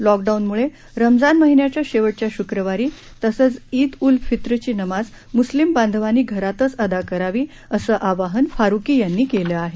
लॉकडाऊनमुळे रमजान महिन्याच्या शेवटच्या शुक्रवारची तसेच ईद ऊल फित्रची नमाज मूस्लिम बांधवांनी घरातच अदा करावी असं आवाहन फारूकी यांनी केलं आहे